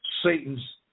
Satan's